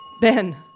Ben